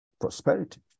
prosperity